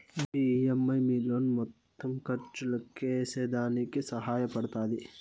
మీ EMI మీ loan మొత్తం ఖర్చు లెక్కేసేదానికి సహాయ పడతాది